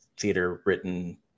theater-written